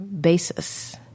basis